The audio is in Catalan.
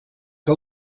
que